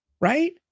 right